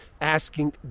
asking